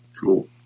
Cool